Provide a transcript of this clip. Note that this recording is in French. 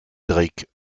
drake